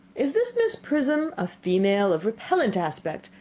is this miss prism a female of repellent aspect,